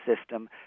system